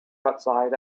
outside